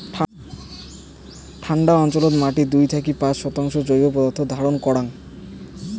ঠান্ডা অঞ্চলত মাটি দুই থাকি পাঁচ শতাংশ জৈব পদার্থ ধারণ করাং